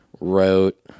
wrote